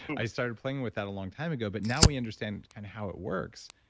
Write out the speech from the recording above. i started playing with that a long time ago, but now we understand kind of how it works.